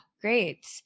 Great